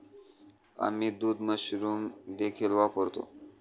आम्ही दूध मशरूम देखील वापरतो